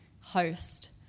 host